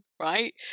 right